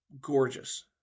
Gorgeous